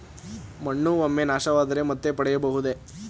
ಮಣ್ಣು ಒಮ್ಮೆ ನಾಶವಾದರೆ ಮತ್ತೆ ಪಡೆಯಬಹುದೇ?